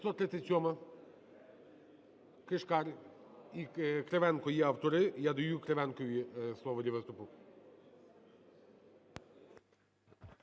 537-а,Кишкар і Кривенко є автори. Я даю Кривенкові слово для виступу.